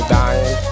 dying